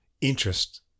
interest